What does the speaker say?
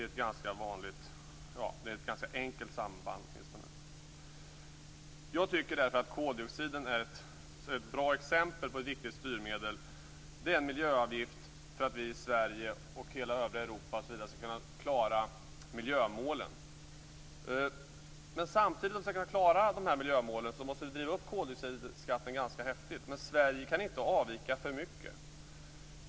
Det är ett ganska enkelt samband. Jag tycker därför att koldioxiden är ett bra exempel på ett viktigt styrmedel. Det är en miljöavgift för att vi i Sverige och i hela övriga Europa skall kunna klara miljömålen. För att klara de miljömålen måste vi samtidigt driva upp koldioxidskatten ganska häftigt. Men Sverige kan inte avvika för mycket.